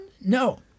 No